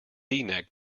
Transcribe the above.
neck